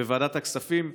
בוועדת הכספים,